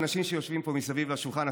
האנשים שיושבים פה מסביב לשולחן.